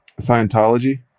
Scientology